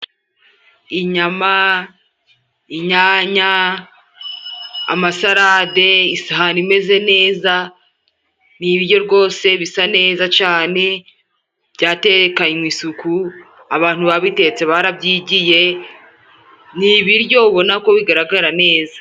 Inyama, inyanya, amasarade, isahani imeze neza ni ibiryo rwose bisa neza cane, byatekanywe isuku, abantu babitetse barabyigiye, ni ibiryo ubona ko bigaragara neza.